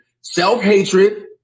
Self-hatred